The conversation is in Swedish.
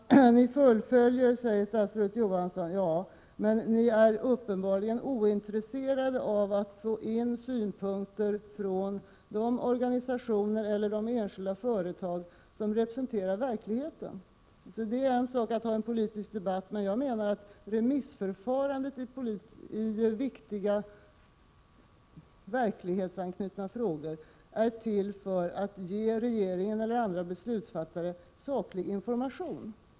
Herr talman! Vi fullföljer, säger statsrådet Johansson. Ja, men ni är uppenbarligen ointresserade av att få in synpunkter från de organisationer eller de enskilda företag som representerar verkligheten. Det är en sak att ha en politisk debatt. Jag menar emellertid att remissförfarandet i viktiga, verklighetsanknutna frågor är till för att ge regeringen eller andra beslutsfattare saklig information.